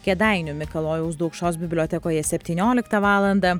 kėdainių mikalojaus daukšos bibliotekoje septynioliktą valandą